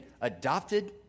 adopted